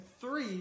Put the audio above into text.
three